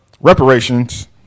reparations